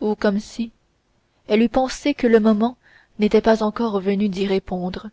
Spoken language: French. ou comme si elle eût pensé que le moment n'était pas encore venu d'y répondre